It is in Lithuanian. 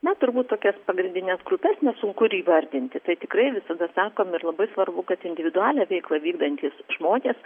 na turbūt tokias pagrindines grupes nesunku ir įvardinti tai tikrai visada sakom ir labai svarbu kad individualią veiklą vykdantys žmonės